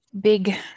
big